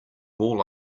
more